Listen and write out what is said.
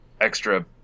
extra